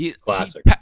Classic